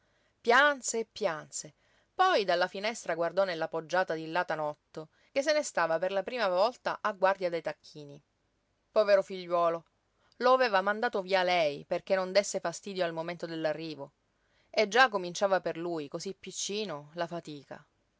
e pianse poi dalla finestra guardò nella poggiata di là tanotto che se ne stava per la prima volta a guardia dei tacchini povero figliuolo lo aveva mandato via lei perché non désse fastidio al momento dell'arrivo e già cominciava per lui cosí piccino la fatica